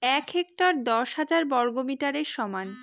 এক হেক্টর দশ হাজার বর্গমিটারের সমান